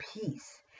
peace